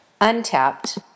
untapped